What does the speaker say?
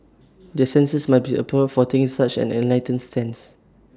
the censors must be applauded for taking such an enlightened stance